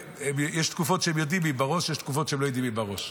יש תקופות שיודעים מי בראש ויש תקופות שהם לא יודעים מי בראש.